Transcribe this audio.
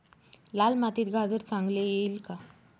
लाल मातीत गाजर चांगले येईल का?